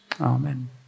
Amen